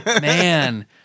Man